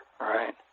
Right